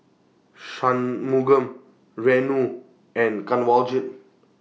Shunmugam Renu and Kanwaljit